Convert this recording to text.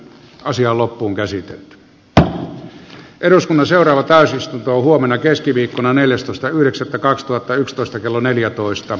asiaa loppuunkäsite tuo eduskunnan seuraava täysistunto huomenna keskiviikkona neljästoista yhdeksättä kaksituhattayksitoista kello neljätoista